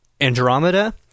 Andromeda